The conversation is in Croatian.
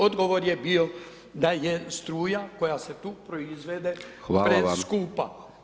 Odgovor je bio da je struja koja se tu proizvede preskupa.